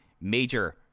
major